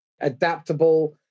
adaptable